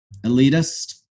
elitist